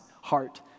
heart